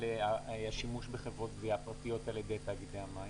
שימוש בחברות גבייה פרטיות על ידי תאגידי המים?